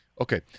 Okay